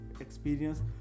experience